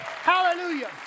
Hallelujah